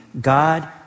God